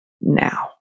now